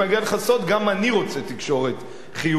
ואני אגלה לך סוד: גם אני רוצה תקשורת חיובית.